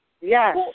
yes